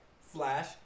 Flash